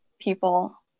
people